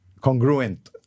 congruent